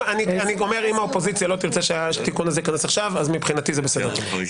אם האופוזיציה לא תרצה שהתיקון הזה ייכנס עכשיו מבחינתי זה בסדר גמור.